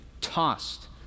tossed